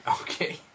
okay